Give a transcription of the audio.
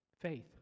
Faith